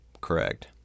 Correct